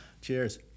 Cheers